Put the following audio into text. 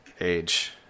age